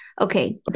Okay